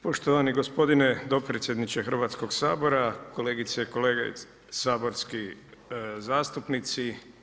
Poštovani gospodine dopredsjedniče Hrvatskog sabora, kolegice i kolege saborski zastupnici.